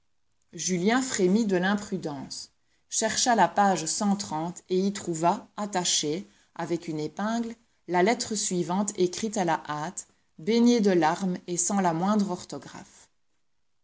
julien frémit de l'imprudence chercha la page cent trente et y trouva attachée avec une épingle la lettre suivante écrite à la hâte baignée de larmes et sans la moindre orthographe